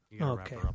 okay